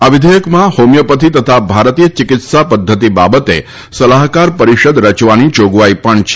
આ વિધેયકમાં હોમિપોયથી તથા ભારતીય ચિકિત્સા પધ્ધતિ બાબતે સલાહકાર પરિષદ રચવાની જોગવાઈ છે